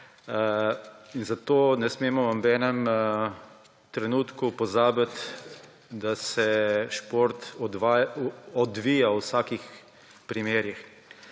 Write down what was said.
Zato ne smemo v nobenem trenutku pozabiti, da se šport odvija v vsakem primeru.